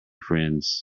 friends